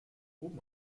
oben